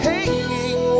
Hanging